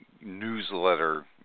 newsletter